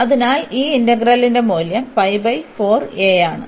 അതിനാൽ ഈ ഇന്റഗ്രലിന്റെ മൂല്യം ആണ്